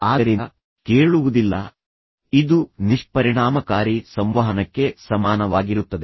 ಆದ್ದರಿಂದ ಇದು ವಾಸ್ತವವಾಗಿ ನಿಷ್ಪರಿಣಾಮಕಾರಿ ಸಂವಹನಕ್ಕೆ ಸಮಾನವಾಗಿರುತ್ತದೆ